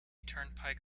turnpike